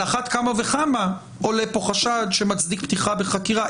על אחת כמה וכמה עולה פה חשד שמצדיק פתיחה בחקירה.